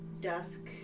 dusk